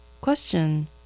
Question